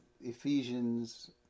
Ephesians